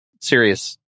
serious